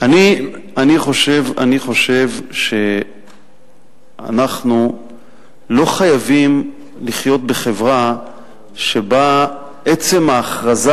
אני חושב שאנחנו לא חייבים לחיות בחברה שבה עצם ההכרזה